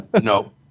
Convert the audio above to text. No